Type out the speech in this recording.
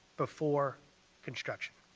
before construction.